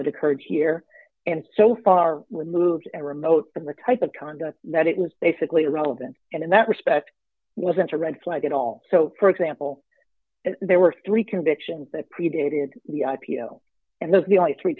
that occurred here and so far we moved a remote in the type of conduct that it was basically irrelevant and in that respect wasn't a red flag at all so for example there were three convictions that predated the i p o and those are the only three